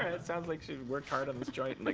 it sounds like she worked hard on this joint. and like